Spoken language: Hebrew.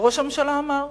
שראש הממשלה אמר.